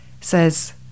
says